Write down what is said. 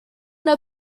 der